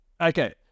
Okay